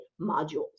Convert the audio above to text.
modules